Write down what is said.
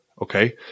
Okay